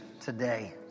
today